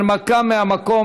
הנמקה מהמקום.